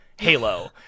Halo